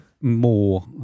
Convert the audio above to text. more